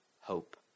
hope